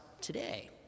today